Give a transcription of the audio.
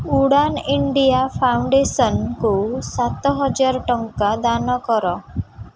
Udaan India ଫାଉଣ୍ଡେସନ୍କୁ ସାତହଜାରେ ଟଙ୍କା ଦାନ କର